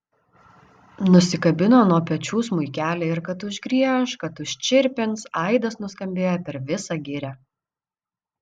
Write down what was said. nusikabino nuo pečių smuikelį ir kad užgrieš kad užčirpins aidas nuskambėjo per visą girią